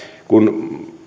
kun